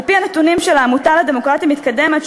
על-פי הנתונים של העמותה לדמוקרטיה מתקדמת,